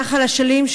נחל אשלים,